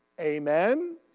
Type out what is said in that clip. Amen